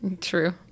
True